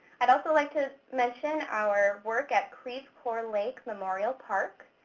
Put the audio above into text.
i'd also like to mention our work at creve coeur lake memorial park.